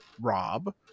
Rob